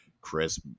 Chris